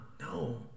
No